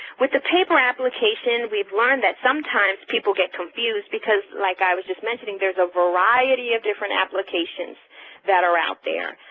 with the paper application we've learned that sometimes people get confused because like i was just mentioning there's a variety of different applications that are out there.